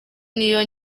n’iyo